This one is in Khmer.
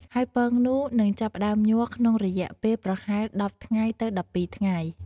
ហើយពងនោះនឹងចាប់ផ្តើមញាស់ក្នុងរយៈពេលប្រហែល ១០ ថ្ងៃទៅ ១២ ថ្ងៃ។